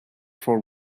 for